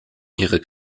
ihre